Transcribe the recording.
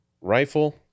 rifle